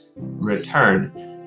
return